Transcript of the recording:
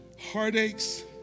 heartaches